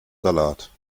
salat